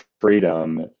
freedom